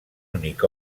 únic